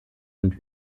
und